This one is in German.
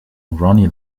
ronnie